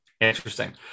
Interesting